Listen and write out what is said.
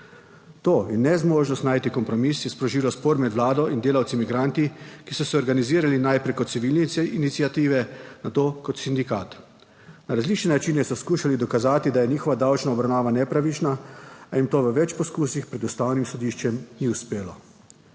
To in nezmožnost najti kompromis je sprožila spor med vlado in delavci migranti, ki so se organizirali najprej kot civilne iniciative, nato kot sindikat. Na različne načine so skušali dokazati, da je njihova davčna obravnava nepravična, a jim to v več poskusih pred Ustavnim sodiščem ni uspelo.